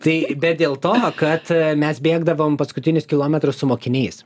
tai bet dėl to kad mes bėgdavom paskutinius kilometrus su mokiniais